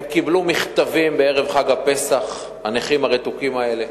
הם, הנכים הרתוקים האלה,